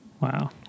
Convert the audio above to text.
Wow